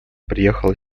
приехала